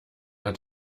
hat